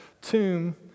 tomb